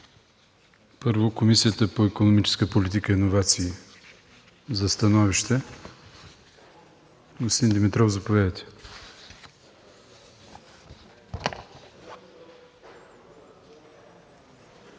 първо Комисията по икономическа политика и иновации. За становище, господин Димитров, заповядайте.